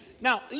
Now